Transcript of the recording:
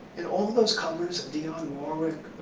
in all those covers of dionne warwick,